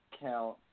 count